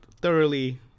thoroughly